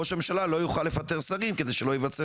ראש הממשלה לא יוכל לפטר שרים כדי שלא ייווצר